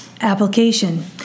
Application